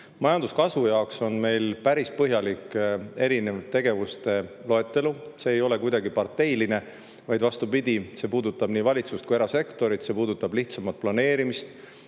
Majanduskasvu jaoks on meil päris põhjalik tegevuste loetelu. See ei ole kuidagi parteiline, vaid vastupidi, see puudutab nii valitsust kui ka erasektorit. See puudutab lihtsamat planeerimist,